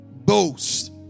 boast